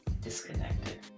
disconnected